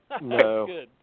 No